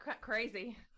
crazy